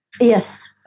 Yes